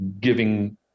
giving